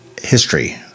history